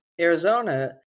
Arizona